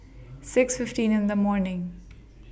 six fifteen in The morning